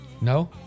No